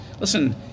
Listen